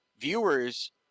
viewers